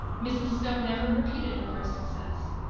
mrs. stowe never repeated her first success.